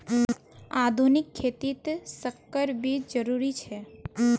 आधुनिक खेतित संकर बीज जरुरी छे